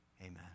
Amen